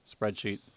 spreadsheet